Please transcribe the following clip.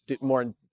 More